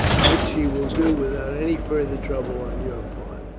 which she will do without any further trouble on your part.